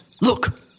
look